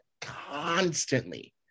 constantly